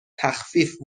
تخفیف